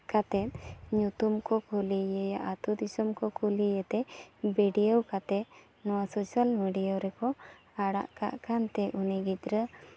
ᱠᱟᱛᱮᱫ ᱧᱩᱛᱩᱢ ᱠᱚ ᱠᱩᱞᱤᱭᱮᱭᱟ ᱟᱹᱛᱩ ᱫᱤᱥᱚᱢ ᱠᱚ ᱠᱩᱞᱤᱭᱮᱛᱮ ᱵᱷᱤᱰᱤᱭᱳ ᱠᱟᱛᱮᱫ ᱱᱚᱣᱟ ᱥᱳᱥᱟᱞ ᱢᱤᱰᱤᱭᱟ ᱨᱮᱠᱚ ᱟᱲᱟᱜ ᱠᱟᱜ ᱠᱟᱱᱛᱮ ᱩᱱᱤ ᱜᱤᱫᱽᱨᱟᱹ